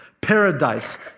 paradise